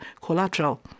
collateral